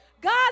God